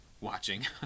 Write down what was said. watching